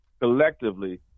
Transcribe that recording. collectively